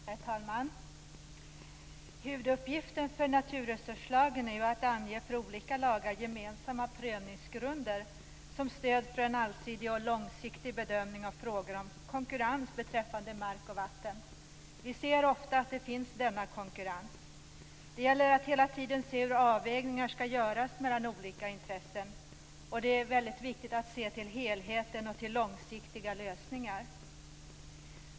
Herr talman! Huvuduppgiften för naturresurslagen är att ange för olika lagar gemensamma prövningsgrunder som stöd för en allsidig och långsiktig bedömning av frågor om konkurrens beträffande mark och vatten. Vi ser ofta att denna konkurrens finns. Det gäller att hela tiden se hur avvägningar skall göras mellan olika intressen. Det är viktigt att se till helheten och till långsiktiga lösningar.